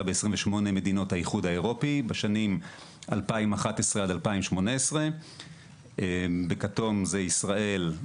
ב-28 מדינות האיחוד האירופי בשנים 2011 2018. בכתום זה ישראל,